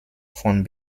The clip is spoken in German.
von